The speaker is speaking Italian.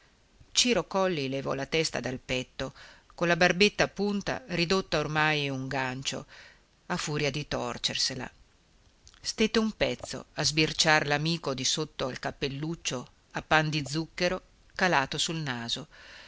ciro colli levò la testa dal petto con la barbetta a punta ridotta ormai un gancio a furia di torcersela stette un pezzo a sbirciar l'amico di sotto al cappelluccio a pan di zucchero calato sul naso